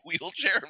Wheelchair